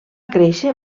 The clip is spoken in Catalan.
créixer